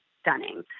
stunning